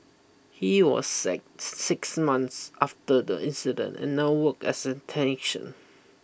he was sacked six months after the incident and now work as a technician